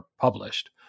published